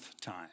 time